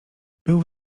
był